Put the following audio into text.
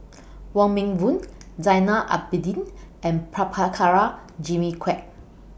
Wong Meng Voon Zainal Abidin and Prabhakara Jimmy Quek